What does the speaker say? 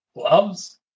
Gloves